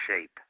shape